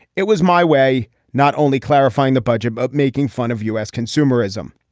it was my way not only clarifying the budget but making fun of u s. consumerism.